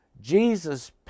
Jesus